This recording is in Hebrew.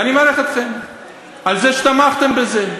ואני מעריך אתכם על זה שתמכתם בזה,